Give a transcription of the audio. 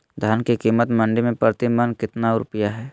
धान के कीमत मंडी में प्रति मन कितना रुपया हाय?